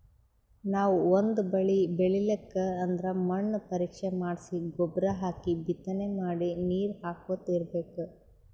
ನಾವ್ ಒಂದ್ ಬಳಿ ಬೆಳಿಬೇಕ್ ಅಂದ್ರ ಮಣ್ಣ್ ಪರೀಕ್ಷೆ ಮಾಡ್ಸಿ ಗೊಬ್ಬರ್ ಹಾಕಿ ಬಿತ್ತನೆ ಮಾಡಿ ನೀರ್ ಹಾಕೋತ್ ಇರ್ಬೆಕ್